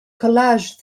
collage